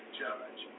judge